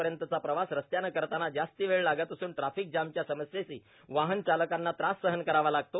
पर्यंतचा प्रवास रस्त्याने करतांना जास्ती वेळ लागत असून ट्राफिक जामच्या समस्येशी वाहन चालकांना त्रास सहन करावा लागतो